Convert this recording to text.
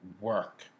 work